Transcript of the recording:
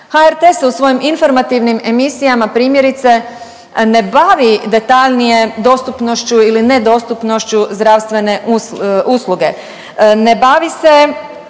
HRT se u svojim informativnim emisijama primjerice ne bavi detaljnije dostupnošću ili nedostupnošću zdravstvene usluge, ne bavi se